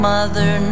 Mother